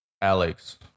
Alex